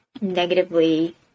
negatively